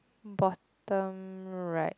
bottom right